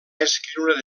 escriure